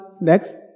next